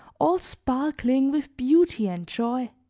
all sparkling with beauty and joy